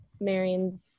Marion